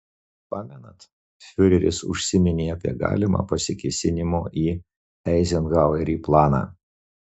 pamenat fiureris užsiminė apie galimą pasikėsinimo į eizenhauerį planą